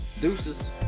Deuces